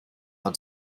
are